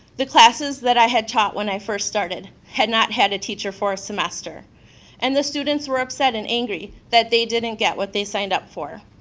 the classes that i had taught when i first started had not had a teacher for a semester and the students were upset and angry that they didn't get what they signed up for.